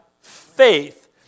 faith